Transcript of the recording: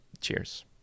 Cheers